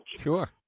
Sure